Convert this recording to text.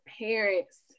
parents